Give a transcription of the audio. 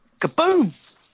Kaboom